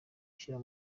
ushyira